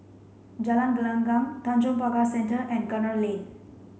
Jalan Gelenggang Tanjong Pagar Centre and Gunner Lane